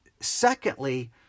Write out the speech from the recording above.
Secondly